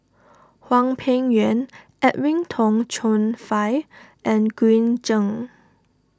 Hwang Peng Yuan Edwin Tong Chun Fai and Green Zeng